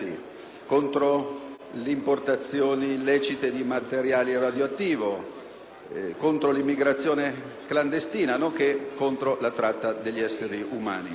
contro le importazioni illecite di materiale radioattivo, contro l'immigrazione clandestina, nonché contro la tratta di esseri umani.